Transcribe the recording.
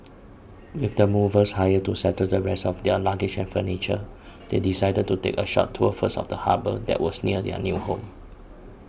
with the movers hired to settle the rest of their luggage and furniture they decided to take a short tour first of the harbour that was near their new home